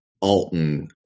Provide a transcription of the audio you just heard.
Alton